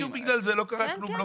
בדיוק בגלל זה, לא קרה כלום.